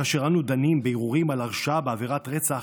כאשר אנו דנים בערעורים על הרשעה בעבירת רצח,